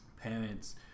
Parents